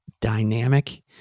dynamic